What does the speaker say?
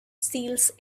seals